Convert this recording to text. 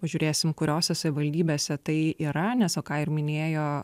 pažiūrėsim kuriose savivaldybėse tai yra nes o ką ir minėjo